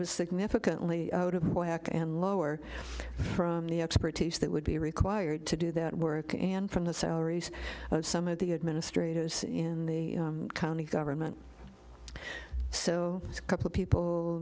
was significantly out of whack and lower from the expertise that would be required to do that work and from the salaries some of the administrators in the county government so a couple of people